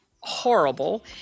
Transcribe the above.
horrible